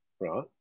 right